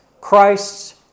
Christ's